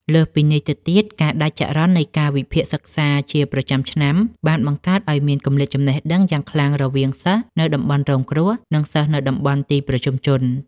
លើសពីនេះទៅទៀត ការដាច់ចរន្តនៃកាលវិភាគសិក្សាជាប្រចាំឆ្នាំ បានបង្កើតឱ្យមានគម្លាតចំណេះដឹងយ៉ាងខ្លាំងរវាងសិស្សនៅតំបន់រងគ្រោះ និងសិស្សនៅតំបន់ទីប្រជុំជន។